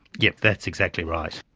yes, that's exactly right.